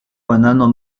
banano